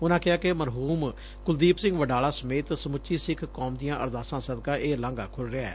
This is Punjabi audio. ਉਨੂਾਂ ਕਿਹਾ ਕਿ ਮਰਹੂਮ ਕੁਲਦੀਪ ਸਿੰਘ ਵਡਾਲਾ ਸਮੇਤ ਸਮੁੱਚੀ ਸਿੱਖ ਕੌਮ ਦੀਆਂ ਅਰਦਾਸਾਂ ਸਦਕਾ ਇਹ ਲਾਂਘਾ ਖੁੱਲੂ ਰਿਹੈ